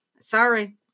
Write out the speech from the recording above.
sorry